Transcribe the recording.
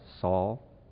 Saul